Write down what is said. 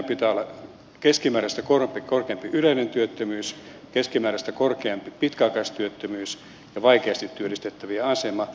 pitää olla keskimääräistä korkeampi yleinen työttömyys keskimääräistä korkeampi pitkäaikaistyöttömyys ja vaikeasti työllistettävien asema